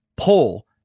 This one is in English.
pull